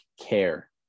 care